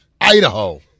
idaho